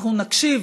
אנחנו נקשיב.